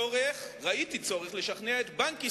ראיתי צורך לשכנע את בנק ישראל,